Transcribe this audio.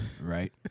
Right